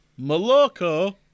Maloko